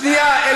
שנייה.